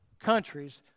countries